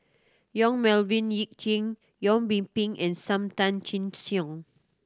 Yong Melvin Yik Chye Yong Yee Ping and Sam Tan Chin Siong